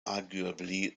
arguably